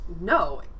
no